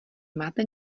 máte